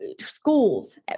schools